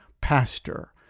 pastor